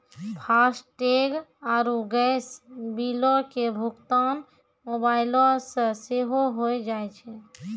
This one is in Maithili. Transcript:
फास्टैग आरु गैस बिलो के भुगतान मोबाइलो से सेहो होय जाय छै